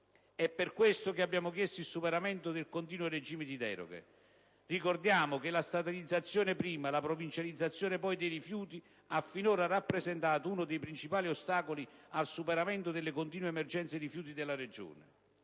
È per questo che abbiamo chiesto il superamento del continuo regime di deroghe. Ricordiamo che la statalizzazione, prima, e la provincializzazione, poi, dei rifiuti hanno finora rappresentato uno dei principali ostacoli al superamento delle continue emergenze rifiuti della Regione.